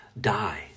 die